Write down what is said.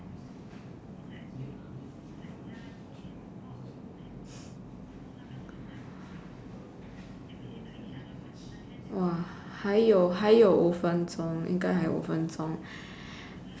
还有还有五分钟应该还五分钟